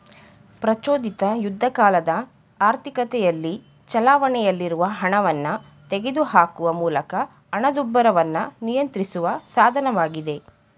ಪ್ರಚೋದಿತ ಯುದ್ಧಕಾಲದ ಆರ್ಥಿಕತೆಯಲ್ಲಿ ಚಲಾವಣೆಯಲ್ಲಿರುವ ಹಣವನ್ನ ತೆಗೆದುಹಾಕುವ ಮೂಲಕ ಹಣದುಬ್ಬರವನ್ನ ನಿಯಂತ್ರಿಸುವ ಸಾಧನವಾಗಿದೆ